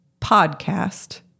Podcast